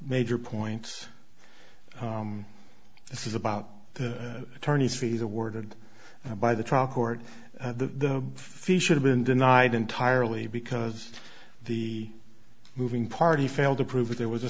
major points this is about the attorney's fees awarded by the trial court the fish should have been denied entirely because the moving party failed to prove that there was a